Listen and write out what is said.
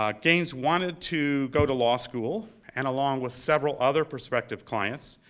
um gaines wanted to go to law school, and along with several other perspective clients,